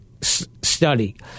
study